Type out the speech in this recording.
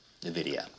NVIDIA